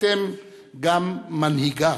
אתם גם מנהיגיו.